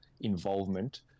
involvement